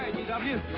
w.